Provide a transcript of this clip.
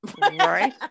Right